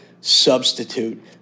substitute